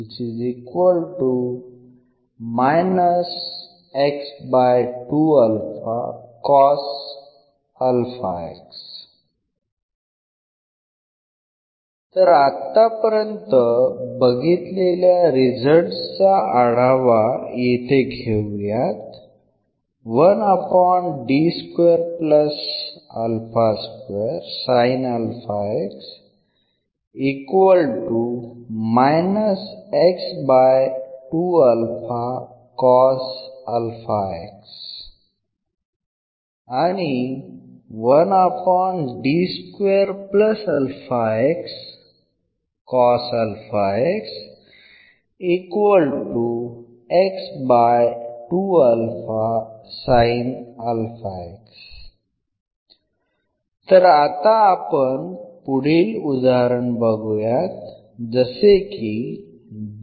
तर आतापर्यंत बघितलेल्या रिझल्ट्स चा आढावा येथे घेऊयात तर आता आपण पुढील उदाहरण बघुयात